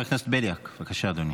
חבר הכנסת בליאק, בבקשה, אדוני.